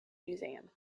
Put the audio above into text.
museum